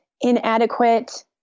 inadequate